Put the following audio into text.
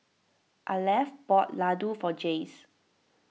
Arleth bought Laddu for Jayce